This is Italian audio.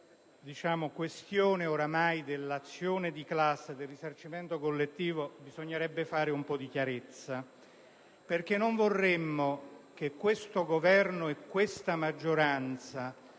sulla questione dell'azione di classe e del risarcimento collettivo bisognerebbe fare un po' di chiarezza, perché non vorremmo che l'attuale Governo e la maggioranza,